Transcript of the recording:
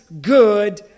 good